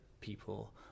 people